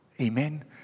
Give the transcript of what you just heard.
Amen